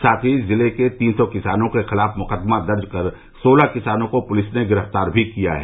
साथ ही जिले में तीन सौ किसानों के खिलाफ मुकदमा दर्ज कर सोलह किसानों को पुलिस ने गिरफ्तार भी किया है